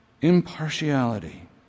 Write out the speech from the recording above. Impartiality